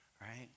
right